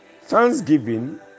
thanksgiving